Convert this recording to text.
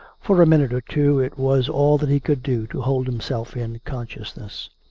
for a minute or two it was all that he could do to hold himself in consciousness.